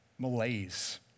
malaise